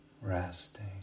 resting